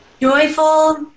Joyful